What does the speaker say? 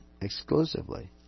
exclusively